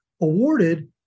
awarded